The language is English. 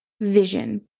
vision